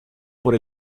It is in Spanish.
por